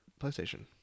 PlayStation